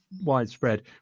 widespread